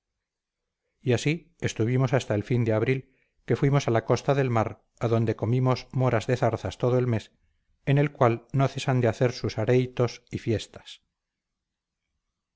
y así estuvimos hasta el fin de abril que fuimos a la costa del mar a donde comimos moras de zarzas todo el mes en el cual no cesan de hacer sus areitos y fiestas